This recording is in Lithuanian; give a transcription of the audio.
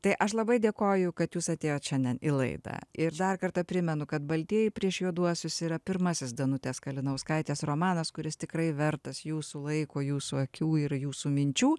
tai aš labai dėkoju kad jūs atėjot šiandien į laidą ir dar kartą primenu kad baltieji prieš juoduosius yra pirmasis danutės kalinauskaitės romanas kuris tikrai vertas jūsų laiko jūsų akių ir jūsų minčių